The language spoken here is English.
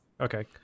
okay